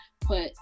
put